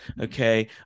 Okay